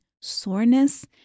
soreness